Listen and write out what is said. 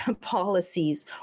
policies